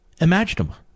imaginable